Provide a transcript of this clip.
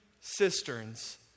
cisterns